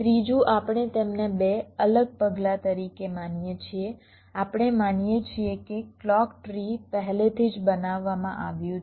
ત્રીજું આપણે તેમને 2 અલગ પગલાં તરીકે માનીએ છીએ આપણે માનીએ છીએ કે ક્લૉક ટ્રી પહેલેથી જ બનાવવામાં આવ્યું છે